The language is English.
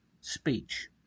speech